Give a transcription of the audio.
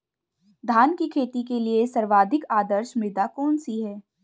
धान की खेती के लिए सर्वाधिक आदर्श मृदा कौन सी है?